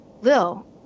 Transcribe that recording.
Lil